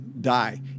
die